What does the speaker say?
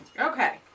Okay